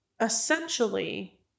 essentially